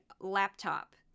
laptop